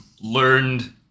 learned